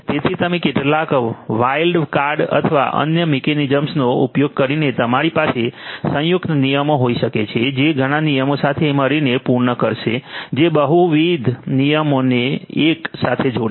તેથી તમે કેટલાક વાઇલ્ડ કાર્ડ અથવા અન્ય મિકેનિઝમ્સનો ઉપયોગ કરીને તમારી પાસે સંયુક્ત નિયમો હોઈ શકે છે જે ઘણા નિયમો સાથે મળીને પૂર્ણ કરશે જે બહુવિધ નિયમોને એક સાથે જોડશે